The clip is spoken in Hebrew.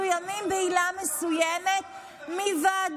כן פיטורים מסוימים בעילה מסוימת מוועדות.